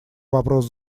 вопрос